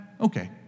okay